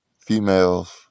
females